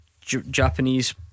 Japanese